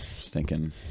stinking